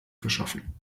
verschaffen